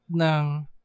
ng